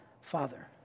Father